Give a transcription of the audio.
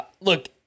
look